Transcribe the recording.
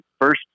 first